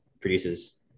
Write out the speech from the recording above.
produces